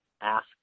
ask